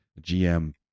GM